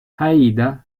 aida